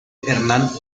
hernán